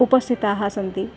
उपस्थिताः सन्ति